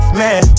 man